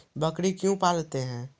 बकरी क्यों पालते है?